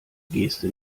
geste